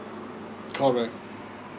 correct